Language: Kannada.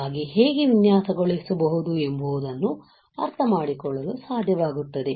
ಆಗಿ ಹೇಗೆ ವಿನ್ಯಾಸಗೊಳಿಸಬಹುದು ಎಂಬುದನ್ನು ಅರ್ಥಮಾಡಿಕೊಳ್ಳಲು ಸಾಧ್ಯವಾಗುತ್ತದೆ